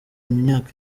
imyaka